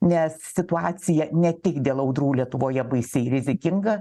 nes situacija ne tik dėl audrų lietuvoje baisi ir rizikinga